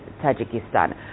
Tajikistan